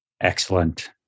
Excellent